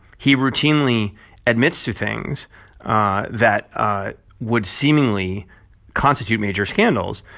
he routinely admits to things that would seemingly constitute major scandals,